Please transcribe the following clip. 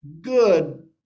good